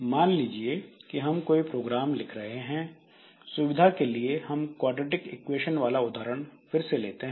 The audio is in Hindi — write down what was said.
मान लीजिए कि हम कोई प्रोग्राम लिख रहे हैं सुविधा के लिए हम क्वाड्रेटिक इक्वेशन वाला उदाहरण फिर से लेते हैं